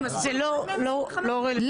אותו דבר.